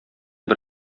бер